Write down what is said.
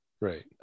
Right